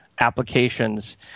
applications